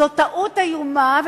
זו טעות איומה,